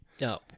No